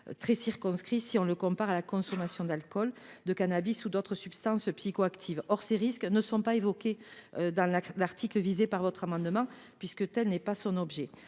très circonscrit, si on le compare à la consommation d’alcool, de cannabis ou d’autres substances psychoactives. Or ces risques ne sont pas évoqués dans l’article visé par votre amendement, puisque tel n’est pas son objet.